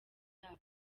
yabo